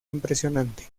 impresionante